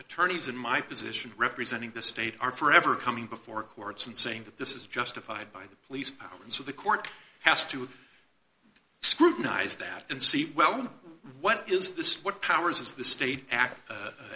attorneys in my position representing the state are forever coming before courts and saying that this is justified by the police so the court has to scrutinize that and see well what is this what powers of the state